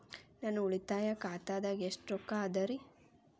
ನನ್ನ ಉಳಿತಾಯ ಖಾತಾದಾಗ ಎಷ್ಟ ರೊಕ್ಕ ಅದ ರೇ?